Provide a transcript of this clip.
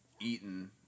eaten